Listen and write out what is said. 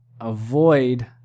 avoid